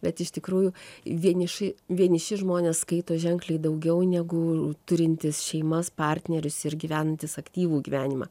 bet iš tikrųjų vieniši vieniši žmonės skaito ženkliai daugiau negu turintys šeimas partnerius ir gyvenantys aktyvų gyvenimą